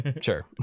Sure